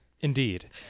indeed